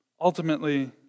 ultimately